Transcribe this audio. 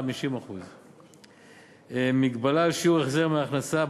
50%. מגבלה על שיעור ההחזר מההכנסה,